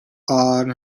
awed